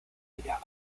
ella